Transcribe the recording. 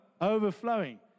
overflowing